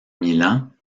milan